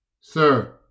Sir